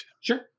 Sure